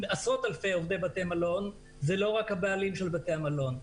ועשרות-אלפי עובדי בתי מלון זה לא רק הבעלים של בתי המלון.